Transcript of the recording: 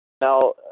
Now